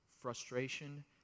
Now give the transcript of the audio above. frustration